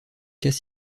cas